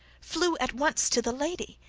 flew at once to the lady,